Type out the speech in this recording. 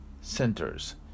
centers